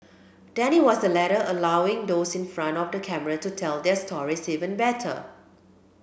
Danny was the latter allowing those in front of the camera to tell their stories even better